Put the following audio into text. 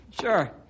Sure